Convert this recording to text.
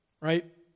right